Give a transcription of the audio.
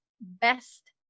best